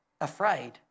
afraid